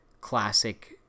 classic